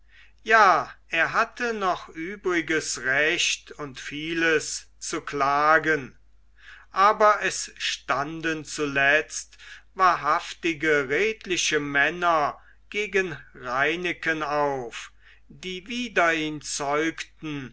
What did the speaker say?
ja er hatte noch übriges recht und vieles zu klagen aber es standen zuletzt wahrhaftige redliche männer gegen reineken auf die wider ihn zeugten